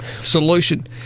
solution